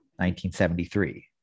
1973